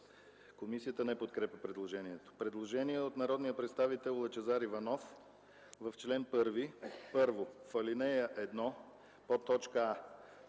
Комисията не подкрепя предложението. Предложение от народния представител Лъчезар Иванов: „В чл. 1: 1.